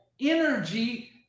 energy